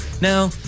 Now